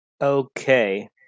Okay